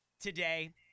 today